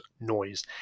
noise